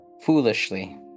Foolishly